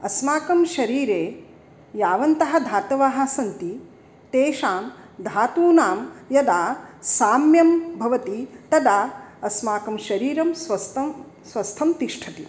अस्माकं शरीरे यावन्तः धातवः सन्ति तेषां धातूनां यदा साम्यं भवति तदा अस्माकं शरीरं स्वस्थं स्वस्थं तिष्ठति